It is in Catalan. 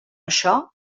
això